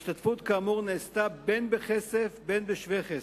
הן בכסף והן בשווה כסף.